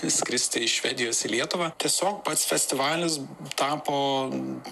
skristi iš švedijos į lietuvą tiesiog pats festivalis tapo